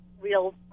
real